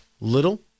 little